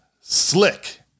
Slick